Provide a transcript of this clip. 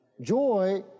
Joy